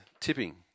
tipping